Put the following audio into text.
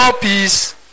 peace